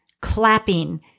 clapping